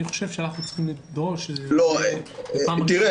אני חושב שאנחנו צריכים לדרוש שבפעם הראשונה